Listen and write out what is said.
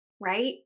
right